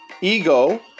ego